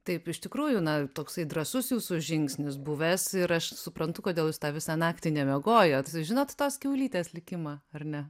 taip iš tikrųjų na toksai drąsus jūsų žingsnis buvęs ir aš suprantu kodėl jūs tą visą naktį nemiegojot žinot tos kiaulytės likimą ar ne